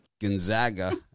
Gonzaga